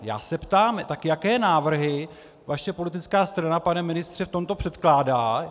Já se ptám: tak jaké návrhy vaše politická strana, pane ministře, v tomto předkládá?